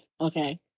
Okay